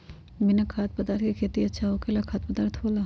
बिना खाद्य पदार्थ के खेती अच्छा होखेला या खाद्य पदार्थ वाला?